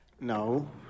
No